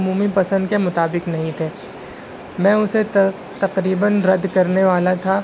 سر مجھے فیڈبیک دینا تھا میں نے آٹھ جنوری کو ایکسر مجھے فیڈبیک دینا تھا میں نے آٹھ جنوری کو ایک